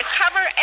cover